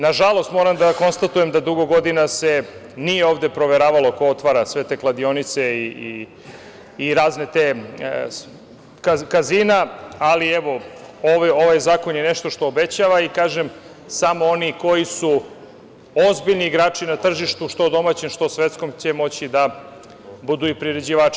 Nažalost, moram da konstatujem da dugo godina se nije proveravalo ko otvara sve te kladionice i razna kazina, ali evo, ovaj zakon je nešto što obećava i kažem, samo oni koji su ozbiljni igrači na tržištu što domaćem, što svetskom će moći da budu i priređivači.